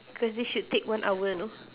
cause this should take one hour no